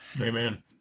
Amen